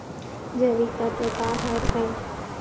जैविकतत्व का हर ए?